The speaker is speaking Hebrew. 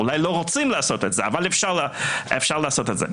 אולי לא רוצים לעשות את זה, אבל אפשר לעשות את זה.